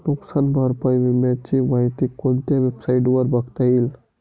नुकसान भरपाई विम्याची माहिती कोणत्या वेबसाईटवर बघता येईल?